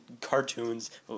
cartoons